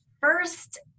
First